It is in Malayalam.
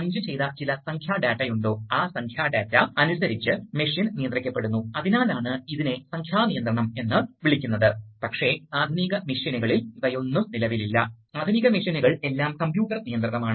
അതിനാൽ ആളുകൾ ചിലപ്പോൾ ഔട്ട്ഗോയിംഗ് ഫ്ലോയിൽ ഇടാൻ താൽപ്പര്യപ്പെടുന്നു കാരണം ഇത് ഒരു ബാക്ക് മർദ്ദം സൃഷ്ടിക്കുന്നു അത് വാൽവിന്റെ ചലനത്തെ സ്ഥിരമാക്കുന്നു അതായത് സിലിണ്ടറിന്റെ ചലനം